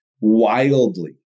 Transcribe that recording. wildly